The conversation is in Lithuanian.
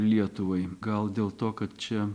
lietuvai gal dėl to kad čia